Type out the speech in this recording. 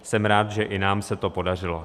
Jsem rád, že i nám se to podařilo.